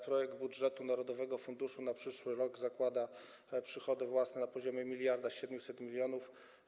Projekt budżetu narodowego funduszu na przyszły rok zakłada przychody własne na poziomie 1700 mln.